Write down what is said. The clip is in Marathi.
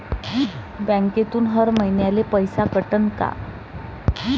बँकेतून हर महिन्याले पैसा कटन का?